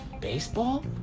baseball